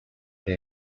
they